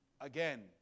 again